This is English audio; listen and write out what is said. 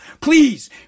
Please